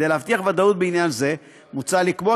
כדי להבטיח ודאות בעניין זה מוצע לקבוע